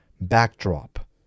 backdrop